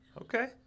Okay